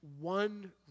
one